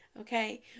okay